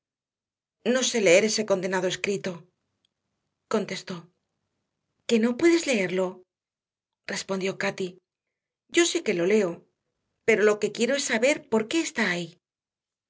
no sé leer ese condenado escrito contestó que no puedes leerlo respondió cati yo sí que lo leo pero lo que quiero es saber por qué está ahí